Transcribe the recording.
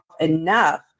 enough